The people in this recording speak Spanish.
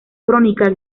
crónica